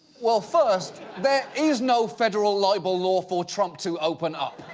well, first, there is no federal libel laws. for trump to open up.